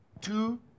two